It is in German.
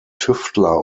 tüftler